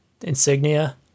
insignia